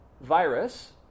virus